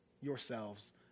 yourselves